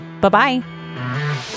Bye-bye